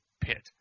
pit